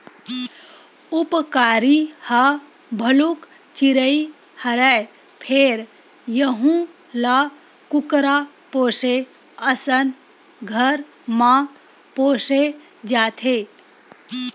उपकारी ह भलुक चिरई हरय फेर यहूं ल कुकरा पोसे असन घर म पोसे जाथे